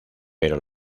pero